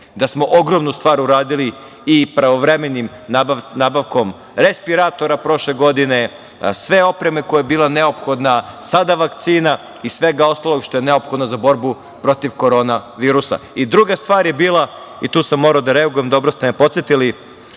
da smo ogromnu stvar uradili i pravovremenom nabavkom respiratora prošle godine, svom opremom koja je bila neophodna, sada vakcina i svega ostalog što je bilo neophodno za borbu protiv korona virusa. Druga stvar je bila, tu sam morao da reagujem i dobro da ste me podsetili,